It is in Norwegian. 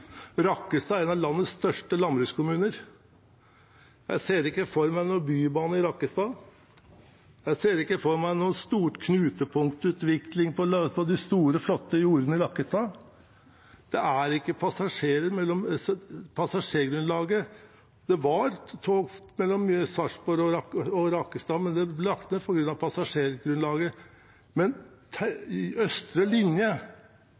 Rakkestad er en av landets største landbrukskommuner. Jeg ser ikke for meg noen bybane i Rakkestad. Jeg ser ikke for meg noen stor knutepunktutvikling på de store, flotte jordene i Rakkestad. Det var tog mellom Sarpsborg og Rakkestad, men det ble lagt ned på grunn av passasjergrunnlaget. Østre linje,